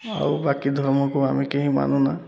ଆଉ ବାକି ଧର୍ମକୁ ଆମେ କେହି ମାନୁନା